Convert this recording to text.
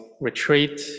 retreat